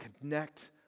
connect